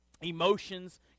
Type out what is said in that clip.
emotions